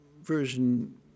version